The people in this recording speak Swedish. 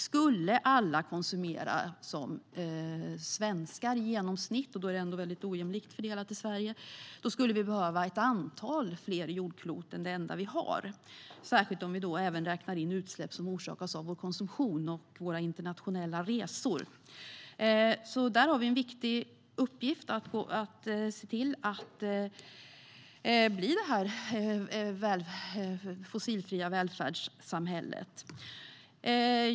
Skulle alla konsumera som svenskar i genomsnitt - det är väldigt ojämlikt fördelat i Sverige - skulle vi behöva ett antal fler jordklot än det enda vi har, särskilt om vi räknar in utsläpp som orsakas av vår konsumtion och våra internationella resor. Vi har en viktig uppgift att se till att bli ett fossilfritt välfärdssamhälle.